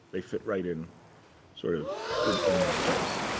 they fit right in sort of in in that place.